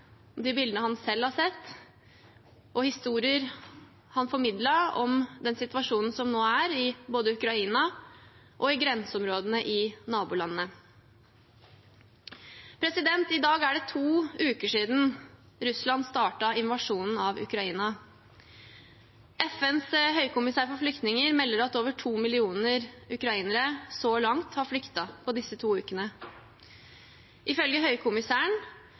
de bildene han selv har sett, og hans formidling av historier om den situasjonen som nå er både i Ukraina og i grenseområdene til nabolandene. I dag er det to uker siden Russland startet invasjonen av Ukraina. FNs høykommissær for flyktninger melder at over to millioner ukrainere har flyktet så langt, på disse to ukene. Ifølge høykommissæren